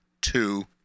two